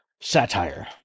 satire